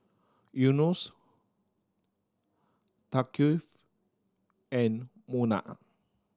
Yunos Thaqif and Munah